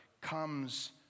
comes